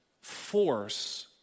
force